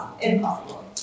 impossible